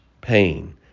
pain